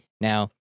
Now